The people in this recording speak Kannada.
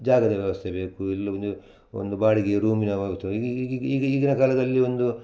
ಜಾಗದ ವ್ಯವಸ್ಥೆ ಬೇಕು ಇಲ್ಲ ಒಂದು ಒಂದು ಬಾಡಿಗೆ ರೂಮಿನ ಈಗ ಈಗ ಈಗ ಈಗಿನ ಕಾಲದಲ್ಲಿ ಒಂದು